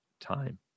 time